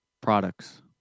products